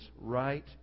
right